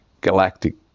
galactic